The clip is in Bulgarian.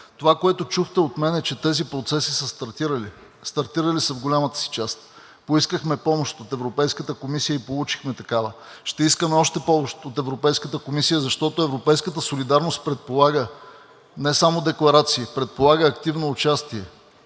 Това, което чухте от мен, е, че тези процеси са стартирали. Стартирали са в голямата си част. Поискахме помощ от Европейската комисия и получихме такава. Ще искаме още помощ от Европейската комисия, защото европейската солидарност предполага не само декларации, предполага и активно участие